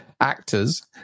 actors